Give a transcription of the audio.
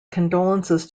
condolences